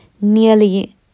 nearly